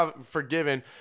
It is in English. forgiven